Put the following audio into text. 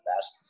best